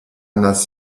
nas